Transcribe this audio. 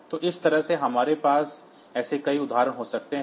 तो इस तरह से हमारे पास ऐसे कई उदाहरण हो सकते हैं